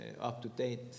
up-to-date